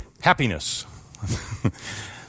Happiness